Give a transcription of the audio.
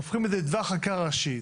הופכים את זה לדבר חקיקה ראשית.